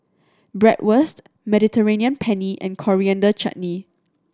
Bratwurst Mediterranean Penne and Coriander Chutney